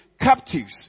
captives